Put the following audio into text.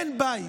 אין בית,